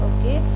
Okay